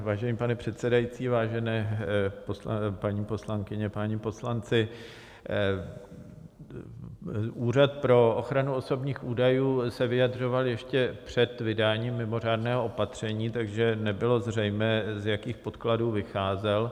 Vážený pane předsedající, vážené paní poslankyně, páni poslanci, Úřad pro ochranu osobních údajů se vyjadřoval ještě před vydáním mimořádného opatření, takže nebylo zřejmé, z jakých podkladů vycházel.